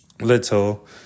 little